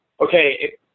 okay